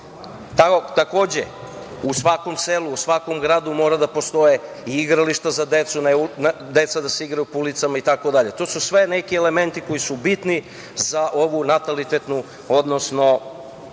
Takođe, u svakom selu, u svakom gradu mora da postoje i igrališta za decu, ne deca da se igraju po ulicama itd. To su sve neki elementi koji su bitni za ovu natalitetnu, odnosno